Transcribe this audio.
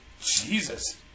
Jesus